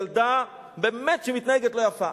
ילדה באמת שמתנהגת לא יפה,